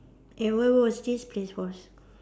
and where was this place was